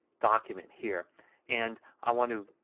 document here and i want to,